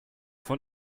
von